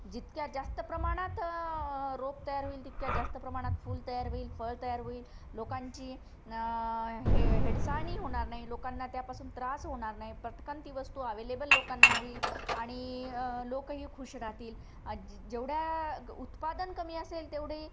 जितक्या जास्त प्रमाणात रोप तयार होईल तितक्या जास्त प्रमाणात फूल तयार होईल फळ तयार होईल लोकांची न हे हेडसाळणी होणार नाही लोकांना त्यापासून त्रास होणार नाही पटकन ती वस्तू अवेलेबल लोकांना होईल आणि लोकंही खूश राहतील जेवढ्या उत्पादन कमी असेल तेवढे